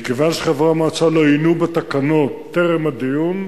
כיוון שחברי המועצה לא עיינו בתקנות טרם הדיון,